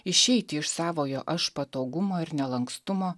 išeiti iš savojo aš patogumo ir nelankstumo